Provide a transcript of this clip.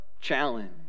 challenge